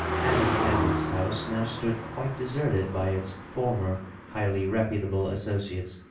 adam hadley's house now stood quite deserted by its former highly reputable associates.